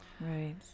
Right